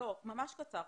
ראשית,